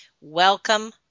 Welcome